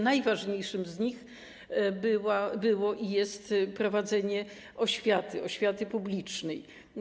Najważniejszym z nich było i jest prowadzenie oświaty, oświaty publicznej.